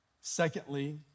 Secondly